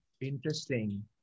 Interesting